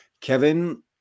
Kevin